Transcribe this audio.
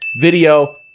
video